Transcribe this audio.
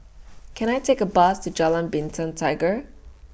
Can I Take A Bus to Jalan Bintang Tiga